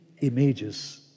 images